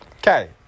Okay